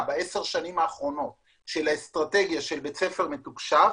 ב-10 השנים האחרונות של אסטרטגיה של בית ספר מתוקשב,